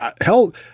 Hell